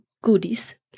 goodies